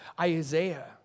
Isaiah